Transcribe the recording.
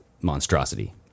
monstrosity